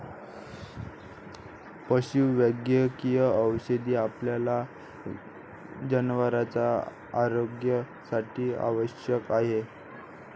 पशुवैद्यकीय औषध आपल्या जनावरांच्या आरोग्यासाठी आवश्यक आहे